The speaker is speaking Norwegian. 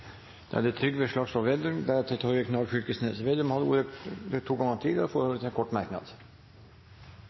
Trygve Slagsvold Vedum har hatt ordet to ganger tidligere og får ordet til en kort merknad,